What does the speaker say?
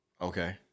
Okay